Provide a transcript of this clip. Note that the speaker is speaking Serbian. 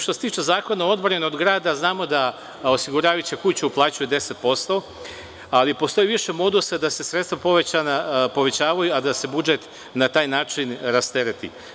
Što se tiče Zakona o odbrani od grada, znamo da osiguravajuća kuća uplaćuje deset posto, ali postoji više modusa da se sredstava povećavaju, a da se budžet na taj način rastereti.